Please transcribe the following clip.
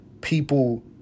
people